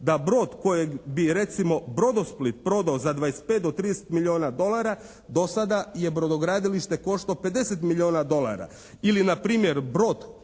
da brod kojeg bi recimo Brodosplit prodao za 25 do 30 milijuna dolara do sada je brodogradilište koštao 50 milijuna dolara. Ili npr. brod